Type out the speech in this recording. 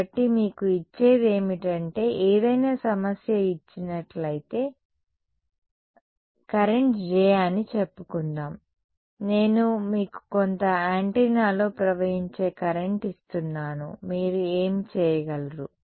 కాబట్టి మీకు ఇచ్చేది ఏమిటంటే ఏదైనా సమస్య ఇచ్చినట్లయితే కరెంట్ J అని చెప్పుకుందాం నేను మీకు కొంత యాంటెన్నాలో ప్రవహించే కరెంట్ ఇస్తున్నాను మీరు ఏమి చేయగలరు